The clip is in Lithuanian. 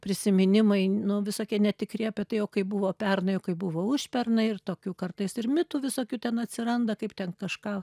prisiminimai nu visokie netikri apie tai o kaip buvo pernai o kaip buvo užpernai ir tokių kartais ir mitų visokių ten atsiranda kaip ten kažką